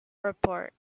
report